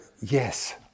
yes